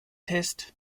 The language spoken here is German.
test